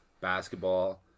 Basketball